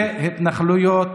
זה התנחלויות